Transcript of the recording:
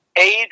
aid